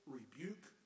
rebuke